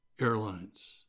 Airlines